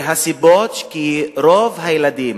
הסיבות לכך הן שרוב הילדים